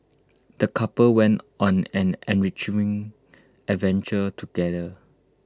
the couple went on an enriching adventure together